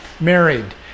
married